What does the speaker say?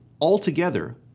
altogether